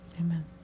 Amen